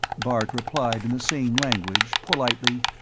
bart replied in the same language, politely,